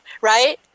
right